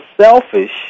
selfish